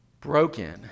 broken